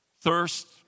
thirst